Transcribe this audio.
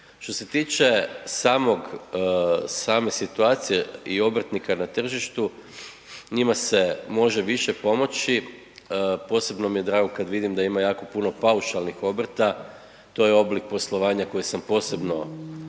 Što se tiče same situacije i obrtnika na tržištu njima se može više pomoći. Posebno mi je drago kad vidim da ima jako puno paušalnih obrta, to je oblik poslovanja koji sam posebno